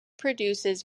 produces